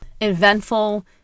eventful